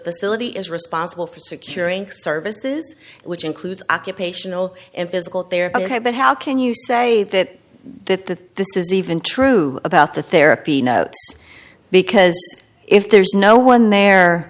facility is responsible for securing services which includes occupational and physical therapy but how can you say that this is even true about the therapy note because if there's no one there